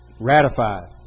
ratified